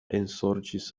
ensorĉis